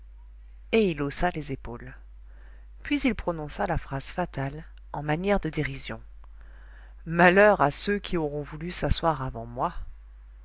et il haussa les épaules puis il prononça la phrase fatale en manière de dérision malheur à ceux qui auront voulu s'asseoir avant moi